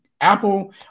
Apple